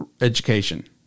education